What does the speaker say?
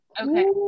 okay